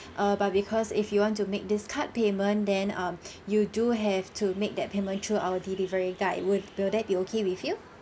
err but because if you want to make this card payment then um you do have to make that payment through our delivery guy would will that be okay with you